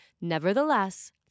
Nevertheless